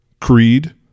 creed